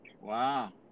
wow